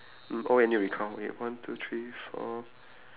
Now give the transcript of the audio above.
mm oh wait I need recount wait one two three four